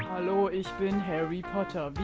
hallo ich bin harry potter.